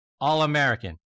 All-American